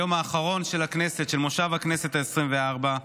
היום האחרון של מושב הכנסת העשרים-וארבע,